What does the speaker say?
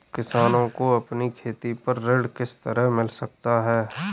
किसानों को अपनी खेती पर ऋण किस तरह मिल सकता है?